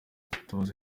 mutabazi